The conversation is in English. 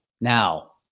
Now